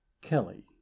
kelly